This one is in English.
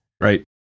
right